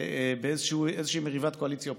באיזה מריבת קואליציה אופוזיציה.